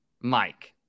mike